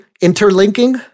interlinking